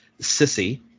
Sissy